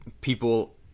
people